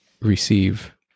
receive